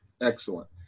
Excellent